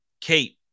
Kate